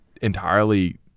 entirely